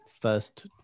first